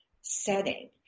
setting